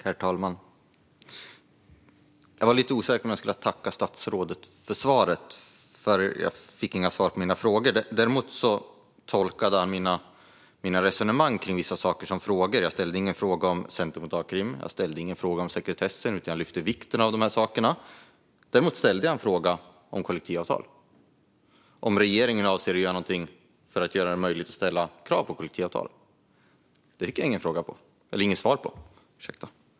Herr talman! Jag är lite osäker på om jag ska tacka statsrådet för svaren, för jag fick inga svar på mina frågor. Han tolkade dock några av mina resonemang som frågor, men jag ställde inga frågor om arbetslivskriminalitetscenter eller sekretess utan lyfte upp vikten av dessa. Däremot ställde jag en fråga om regeringen avser att göra det möjligt att ställa krav på kollektivavtal, men det fick jag inte svar på.